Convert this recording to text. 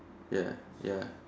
ya ya